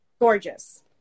Gorgeous